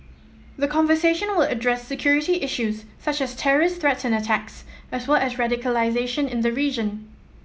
the conversation will address security issues such as terrorist threats and attacks as well as radicalisation in the region